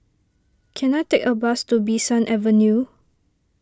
can I take a bus to Bee San Avenue